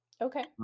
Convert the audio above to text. Okay